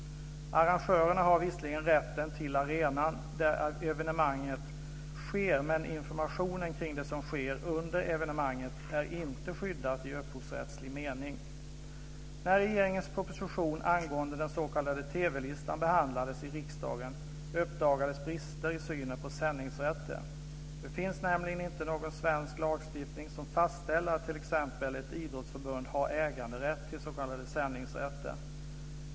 Arrangörerna har visserligen rätten till arenan där evenemanget sker, men informationen kring det som sker under evenemanget är inte skyddad i upphovsrättslig mening. TV-listan behandlades i riksdagen uppdagades brister i synen på sändningsrätten. Det finns nämligen inte någon svensk lagstiftning som fastställer att t.ex. ett idrottsförbund har äganderätt till den s.k. sändningsrätten.